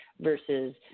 versus